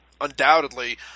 undoubtedly